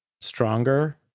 stronger